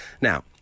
Now